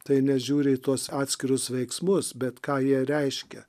tai nežiūri į tuos atskirus veiksmus bet ką jie reiškia